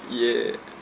yeah